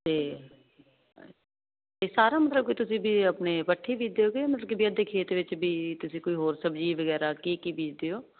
ਸਾਰਾ ਮਤਲਬ ਤੁਸੀਂ ਵੀ ਆਪਣੇ ਵੱਠੇ ਬੀਦੇ ਖੇਤ ਵਿੱਚ ਵੀ ਤੁਸੀਂ ਕੋਈ ਹੋਰ ਸਬਜ਼ੀ ਵਗੈਰਾ ਕੀ ਕੀ ਬੀਜਦੇ ਹੋ